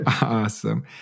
Awesome